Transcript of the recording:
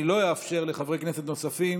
אני לא אאפשר לחברי כנסת נוספים